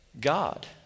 God